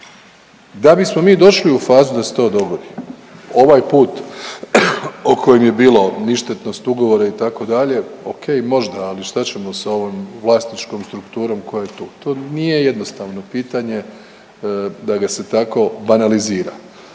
Da bismo mi došli u fazu da se to dogodi ovaj put o kojem je bilo ništetnost ugovora itd., ok možda ali šta ćemo s ovom vlasničkom strukturom koja je tu, to nije jednostavno pitanje da ga se tako banalizira.